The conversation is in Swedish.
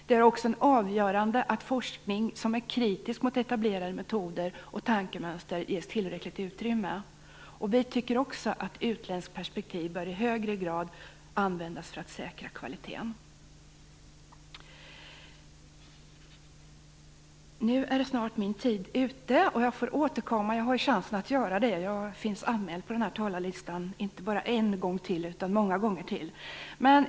Det är också avgörande att forskning som är kritisk mot etablerade metoder och tankemönster ges tillräckligt utrymme. Vi tycker också att ett utländskt perspektiv i högre grad bör användas för att säkra kvaliteten. Nu är min tid snart ute, och jag får återkomma. Jag har chansen att göra det. Jag är anmäld på talarlistan inte bara en gång till utan många gånger till.